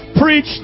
Preach